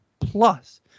plus